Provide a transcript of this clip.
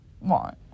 want